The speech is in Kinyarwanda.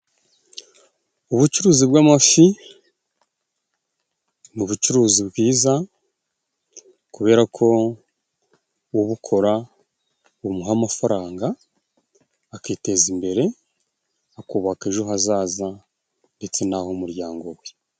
Ubucuruzi bw'amafi ni ubucuruzi bwiza kubera ko ubukora bumuha amafaranga akiteza imbere akubaka ejo hazaza ndetse n'ah'umuryango we.